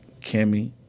Kimmy